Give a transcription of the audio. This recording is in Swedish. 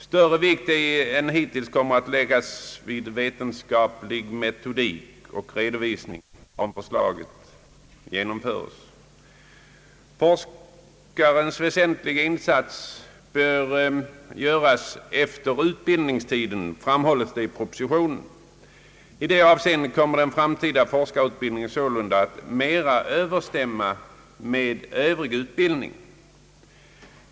Större vikt än hittills kommer att läggas vid vetenskaplig metodik och redovisning, om förslaget genomförs. Forskarens väsentliga insats bör göras efter avslutad utbildning, framhålles det i propositionen. I det avseendet kommer den framtida forskarutbildningen sålunda att mera överensstämma med övrig utbildning.